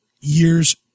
years